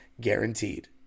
guaranteed